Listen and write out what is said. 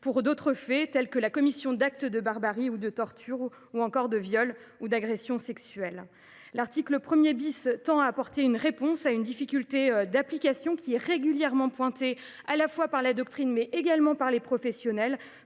pour d’autres faits, comme la commission d’actes de barbarie ou de torture ou encore de viols ou d’agression sexuelle. L’article 1 tend à apporter une réponse à une difficulté d’application qui est régulièrement pointée à la fois par la doctrine et par les professionnels